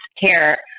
care